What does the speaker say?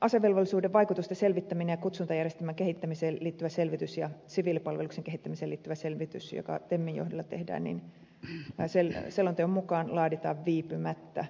asevelvollisuuden vaikutusten selvittäminen ja kutsuntajärjestelmän kehittämiseen liittyvä selvitys ja siviilipalveluksen kehittämiseen liittyvä selvitys joka temmin johdolla tehdään laaditaan selonteon mukaan viipymättä